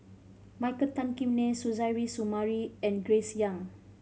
Michael Tan Kim Nei Suzairhe Sumari and Grace Young